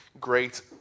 great